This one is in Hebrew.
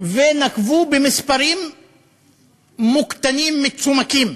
ונקבו במספרים מוקטנים, מצומקים.